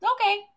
Okay